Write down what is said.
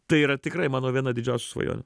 tai yra tikrai mano viena didžiausių svajonių